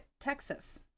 Texas